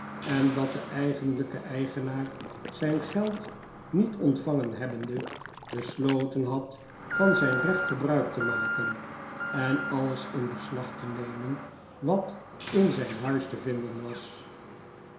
en dat de eigenlijke eigenaar zijn geld niet ontvangen hebbende besloten had van zijn recht gebruik te maken en alles in beslag te nemen wat in zijn huis te vinden was